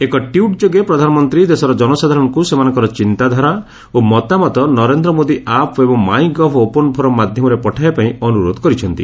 ଏକ ଟ୍ୱିଟ୍ ଯୋଗେ ପ୍ରଧାନମନ୍ତୀ ଦେଶର ଜନସାଧାରଣଙ୍ଙୁ ସେମାନଙ୍କର ଚିନ୍ତାଧାରା ଓ ମତାମତ ନରେନ୍ଦ୍ର ମୋଦି ଆପ୍ ଏବଂ ମାଇଁ ଗଭ୍ ଓପନ୍ ଫୋରମ୍ ମାଧ୍ଧମରେ ପଠାଇବା ପାଇଁ ଅନୁରୋଧ କରିଛନ୍ତି